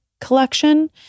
collection